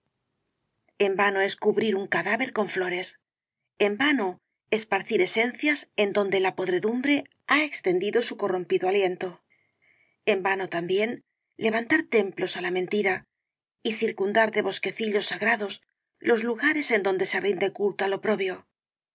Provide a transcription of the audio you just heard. en vano es cubrir un cadáver con flores en vano esparcir esencias en donde la podredumbre ha extendido su corrompido aliento en vano también levantar templos á la mentira y circundar de bosquecillos sagrados los lugares en donde se rinde culto al oprobio una